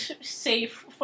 safe